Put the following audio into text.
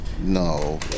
No